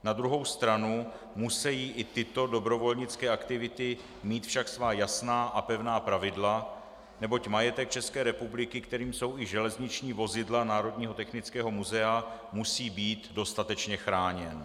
Na druhou stranu však musejí i tyto dobrovolnické aktivity mít svá jasná a pevná pravidla, neboť majetek České republiky, kterým jsou i železniční vozidla Národního technického muzea, musí být dostatečně chráněn.